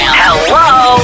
Hello